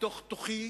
בתוך תוכי,